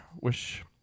Wish